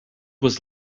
was